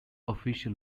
official